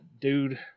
dude